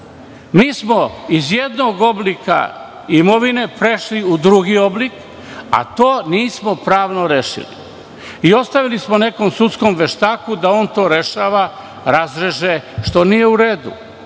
Mi smo iz jednog oblika imovine prešli u drugi oblik, a to nismo pravno rešili i ostavili smo nekom sudskom veštaku da on to rešava, razreže, što nije u redu.